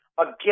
Again